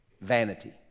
vanity